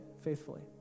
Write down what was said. faithfully